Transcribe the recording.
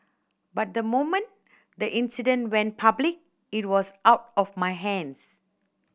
but the moment the incident went public it was out of my hands